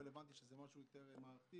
אבל הבנתי שזה משהו יותר מערכתי,